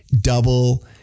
double